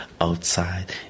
outside